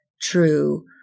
true